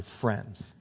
friends